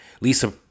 Lisa